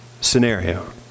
scenario